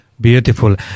Beautiful